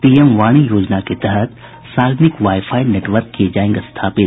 P M वाणी योजना के तहत सार्वजनिक वाई फाई नेटवर्क किये जायेंगे स्थापित